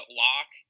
lock